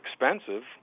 expensive